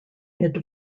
mid